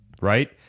right